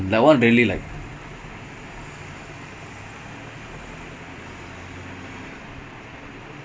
dude onana had a goal keep and somehow and they had less than a minute to play somehow they continued